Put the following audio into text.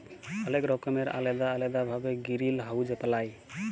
অলেক রকমের আলেদা আলেদা ভাবে গিরিলহাউজ বালায়